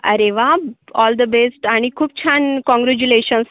अरे वा all the best आणि खूप छान काँग्रॅच्युलेशन्स